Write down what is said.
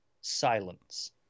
Silence